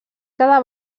cada